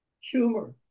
Humor